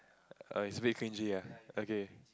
err it's a bit cringy ah okay